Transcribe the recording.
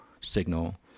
signal